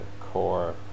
core